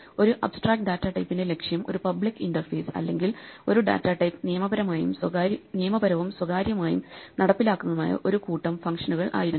ഒരു abstract data ടൈപ്പിന്റെ ലക്ഷ്യം ഒരു പബ്ലിക് ഇന്റർഫേസ് അല്ലെങ്കിൽ ഒരു ഡാറ്റാ ടൈപ്പ് നിയമപരവും സ്വകാര്യമായി നടപ്പിലാക്കുന്നതുമായ ഒരു കൂട്ടം ഫംഗ്ഷനുകൾ ആയിരുന്നു